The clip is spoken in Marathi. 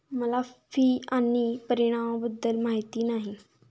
मला फी आणि परिणामाबद्दल माहिती नाही